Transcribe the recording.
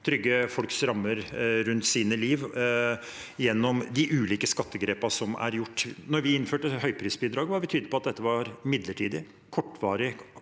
trygge folks rammer rundt sitt liv, gjennom de ulike skattegrepene som er tatt. Da vi innførte høyprisbidraget, var vi tydelig på at dette var midlertidig og av kortvarig